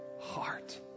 heart